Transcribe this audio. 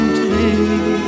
today